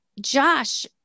Josh